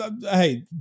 hey